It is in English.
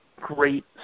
great